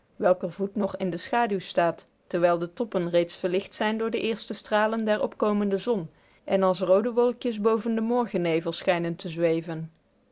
welker voet nog in de schaduw staat terwijl de toppen reeds verlicht zijn door de eerste stralen der opkomende zon en als roode wolkjes boven den morgennevel schijnen te zweven